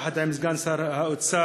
יחד עם סגן שר האוצר,